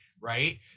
right